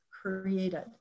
created